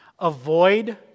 avoid